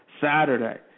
Saturday